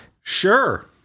Sure